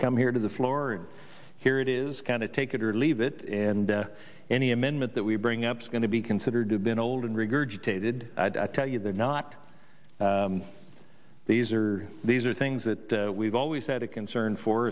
come here to the floor and here it is kind of take it or leave it and any amendment that we bring up is going to be considered to be an old regurgitated i tell you they're not these are these are things that we've always had a concern for